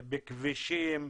בכבישים,